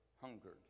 hungered